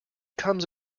comes